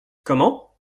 comment